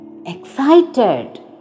Excited